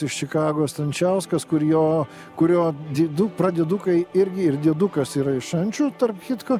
iš čikagos stančiauskas kur jo kurio didu pradinukai irgi ir dėdukas yra iš šančių tarp kitko